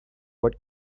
what